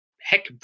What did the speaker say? Heck